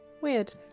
Weird